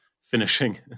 finishing